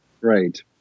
Right